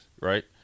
right